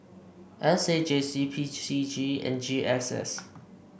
S A J C P C G and G S S